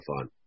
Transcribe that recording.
fun